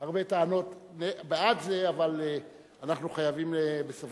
טענות בעד זה, אבל אנחנו חייבים בסופו של דבר.